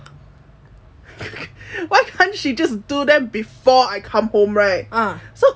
why can't she just do them before I come home right oh